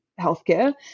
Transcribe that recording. healthcare